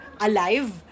alive